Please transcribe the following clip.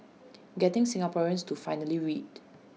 getting Singaporeans to finally read